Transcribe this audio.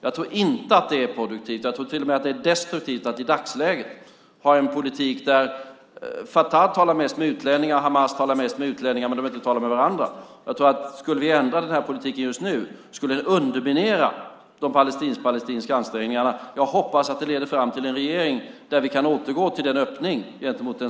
Jag tror inte att det är produktivt - jag tror till och med att det är destruktivt - att i dagsläget ha en politik där Fatah talar mest med utlänningar och Hamas talar mest med utlänningar men där de inte talar med varandra. Jag tror att det, om vi skulle ändra den här politiken just nu, skulle underminera de palestinsk-palestinska ansträngningarna. Jag hoppas att det leder fram till en regering där vi kan återgå till den öppning